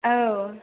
औ